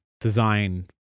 design